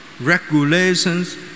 regulations